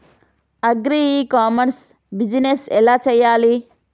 Agri e commerce business ఎలా చెయ్యాలి?